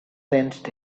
sensed